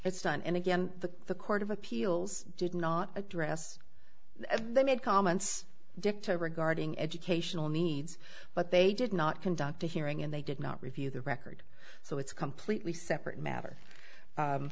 it's done and again the the court of appeals did not address that they made comments dicta regarding educational needs but they did not conduct a hearing and they did not review the record so it's a completely separate matter